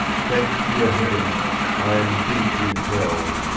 thanks to your heaven i am deep in hell.